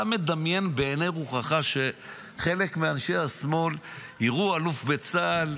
אתה מדמיין בעיני רוחך שחלק מאנשי השמאל יראו אלוף בצה"ל